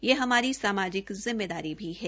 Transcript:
यह हमारी सामाजिक जिम्मेदारी भी है